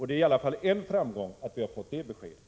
Det är i alla fall en framgång att vi har fått det beskedet.